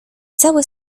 całe